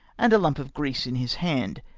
and a kimp of grease in his hand,